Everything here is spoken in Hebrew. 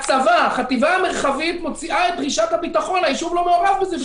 החטיבה המרחבית מוציאה את דרישת הביטחון והישוב לא מעורב בזה.